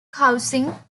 housing